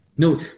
No